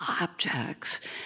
objects